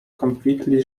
completely